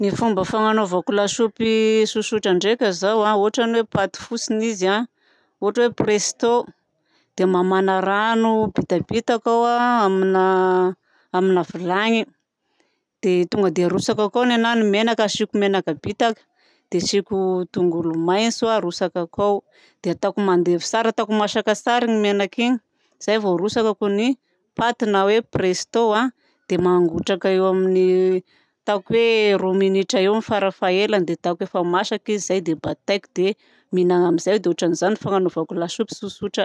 Ny fomba fagnanovako lasopy tsotsotra ndraika zao a ohatra hoe paty fotsiny izy a. Ohatra hoe presto dia mamàna rano bitabitaka aho a amina, amina vilagny. Dia tonga dia arotsakako ao nenahy ny menaka asiako menaka bitaka dia asiako tongolo maintso arotsakako ao. Dia ataoko mandevy tsara ataoko masaka tsara iny menaka iny zay vao harotsakako ny paty na hoe presto. Dia mangotraka eo amin'ny ataoko hoe roa minitra eo ny fara fahaelany dia ataoko efa masaka izy zay dia bataiko dia mihinana amin'izay. Dia ohatran'izany fanaovako lasopy tsotsotra.